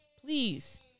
Please